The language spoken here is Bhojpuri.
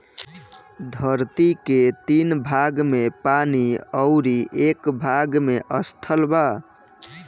धरती के तीन भाग में पानी अउरी एक भाग में स्थल बा